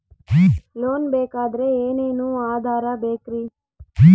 Loan ಬೇಕಾದ್ರೆ ಏನೇನು ಆಧಾರ ಬೇಕರಿ?